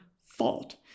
fault